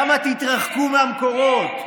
כמה תתרחקו מהמקורות?